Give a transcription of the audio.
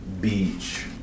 beach